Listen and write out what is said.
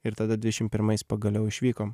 ir tada dvidešim pirmais pagaliau išvykom